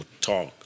talk